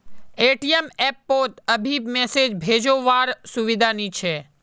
ATM app पोत अभी message भेजो वार सुविधा नी छे